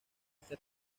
este